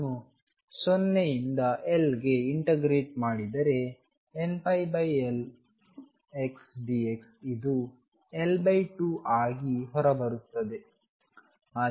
ನಾನು 0 ರಿಂದ L ಗೆ ಇಂಟಗ್ರೇಟ್ ಮಾಡಿದರೆ nπLx dx ಇದು L2 ಆಗಿ ಹೊರಬರುತ್ತದೆ